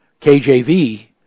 KJV